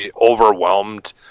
overwhelmed